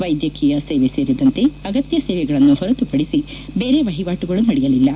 ವೈದ್ಯಕೀಯ ಸೇವೆ ಸೇರಿದಂತೆ ಅಗತ್ಯ ಸೇವೆಗಳನ್ನು ಹೊರತುಪಡಿಸಿ ಬೇರೆ ವಹಿವಾಟುಗಳು ನಡೆಯಲಿಲ್ಲ